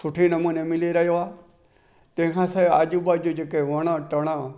सुठे नमूने मिली रहियो आहे तंहिंखां सवाइ आजू बाजू जा जेके वणु टिण